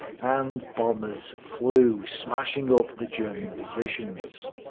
and bombers flew, smashing up the german positions.